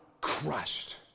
crushed